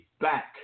back